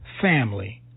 family